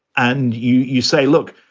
and you you say, look,